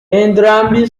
entrambi